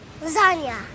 Lasagna